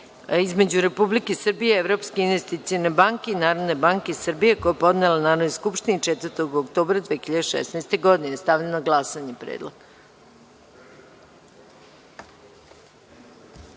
između Republike Srbije, Evropske investicione banke i Narodne banke Srbije, koji je podnela Narodnoj skupštini 4. oktobra 2016. godine. Stavljam na glasanje ovaj